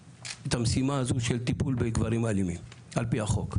המשימה הזו של טיפול בגברים אלימים על פי החוק.